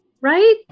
Right